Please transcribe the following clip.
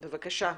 בבקשה.